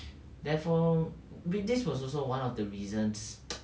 therefore when this was also one of the reasons